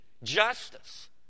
Justice